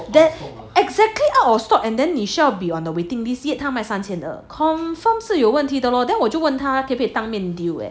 exactly out of stock 你要 be on the waiting list and yet 他卖三千二 confirm 是有问题的咯 then 我就问他可不可以当面 deal leh